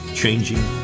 changing